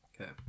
okay